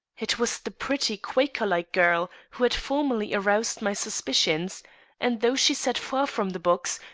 it was the pretty, quaker-like girl who had formerly aroused my suspicions and though she sat far from the box,